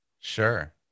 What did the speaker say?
Sure